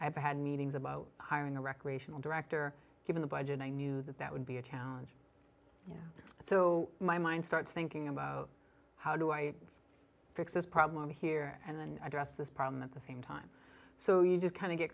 i had meetings about hiring a recreational director here in the budget i knew that that would be a challenge it's so my mind starts thinking about how do i fix this problem here and then address this problem at the same time so you just kind of get